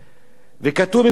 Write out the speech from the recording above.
וכתוב במפורש: